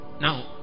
now